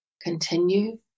Continue